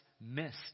missed